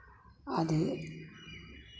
आधी